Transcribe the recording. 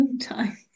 time